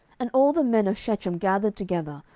and all the men of shechem gathered together,